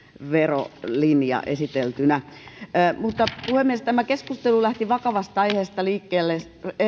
verolinja esiteltynä puhemies tämä keskustelu lähti vakavasta aiheesta liikkeelle